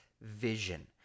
vision